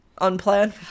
unplanned